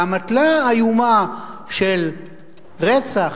לאמתלה איומה של רצח,